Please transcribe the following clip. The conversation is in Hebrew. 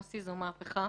מוסי, זו מהפכה